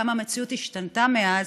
עד כמה המציאות השתנתה מאז